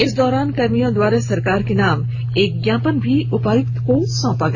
इस दौरान कर्मियों द्वारा सरकार के नाम एक ज्ञापन भी उपायुक्त को सौपा गया